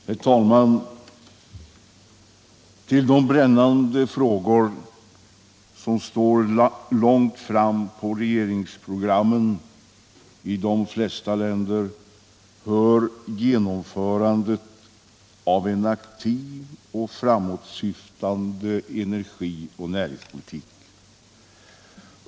Herr talman! Till de brännande frågor som står långt framme på regeringsprogrammen i de flesta länder hör genomförandet av en aktiv och framåtsyftande energioch näringspolitik.